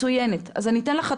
אז אני אתן לך,